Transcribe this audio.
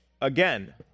again